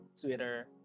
Twitter